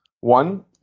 One